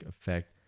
effect